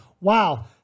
wow